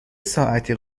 ساعتی